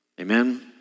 Amen